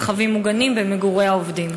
מרחבים מוגנים,